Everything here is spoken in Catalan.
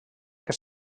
que